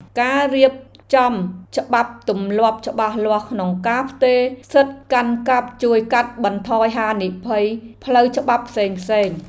ការរៀបចំច្បាប់ទម្លាប់ច្បាស់លាស់ក្នុងការផ្ទេរសិទ្ធិកាន់កាប់ជួយកាត់បន្ថយហានិភ័យផ្លូវច្បាប់ផ្សេងៗ។